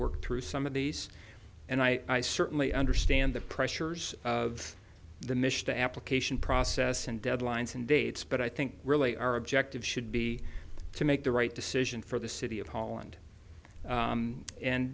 work through some of these and i certainly understand the pressures of the mish the application process and deadlines and dates but i think really our objective should be to make the right decision for the city of holland